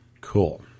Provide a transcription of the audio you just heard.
Cool